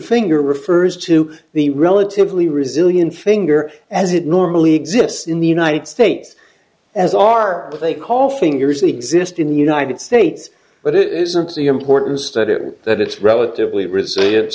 finger refers to the relatively resilient finger as it normally exists in the united states as are what they call fingers exist in the united states but it isn't the importance that it that it's relatively re